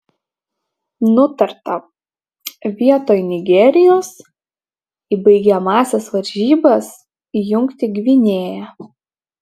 nutarta vietoj nigerijos į baigiamąsias varžybas įjungti gvinėją